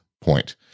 point